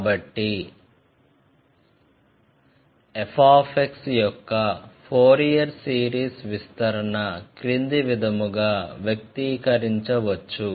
కాబట్టి f యొక్క Fourier series విస్తరణ క్రింది విధముగా వ్యక్తీకరించవచ్చు